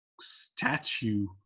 statue